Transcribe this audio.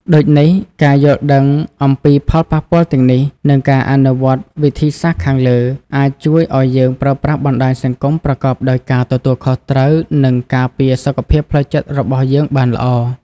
ដូចនេះ ការយល់ដឹងអំពីផលប៉ះពាល់ទាំងនេះ និងការអនុវត្តវិធីសាស្រ្តខាងលើ អាចជួយឱ្យយើងប្រើប្រាស់បណ្ដាញសង្គមប្រកបដោយការទទួលខុសត្រូវ និងការពារសុខភាពផ្លូវចិត្តរបស់យើងបានល្អ។